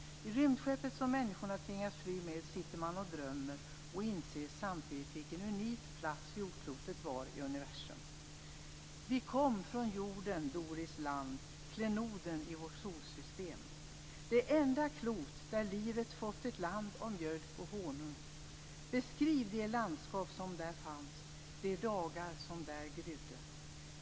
I rymdskeppet som människorna tvingas fly med sitter man och drömmer och inser samtidigt vilken unik plats jordklotet var i universum. Vi kom från Jorden, Doris land, klenoden i vårt solsystem, det enda klot där Livet fått ett land av mjölk och honung. Beskriv de landskap som där fanns, de dagar som där grydde.